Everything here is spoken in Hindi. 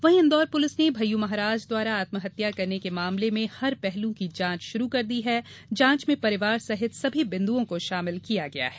वहीं इन्दौर पुलिस ने भय्यू महाराज द्वारा आत्महत्या करने के मामले में हर पहलू की जांच शुरू कर दी हैं जांच में परिवार सहित सभी बिन्दुओं को शामिल किया गया है